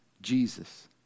Jesus